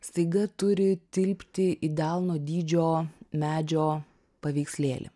staiga turi tilpti į delno dydžio medžio paveikslėlį